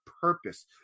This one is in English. purpose